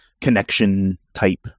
connection-type